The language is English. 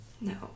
no